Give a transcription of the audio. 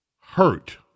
hurt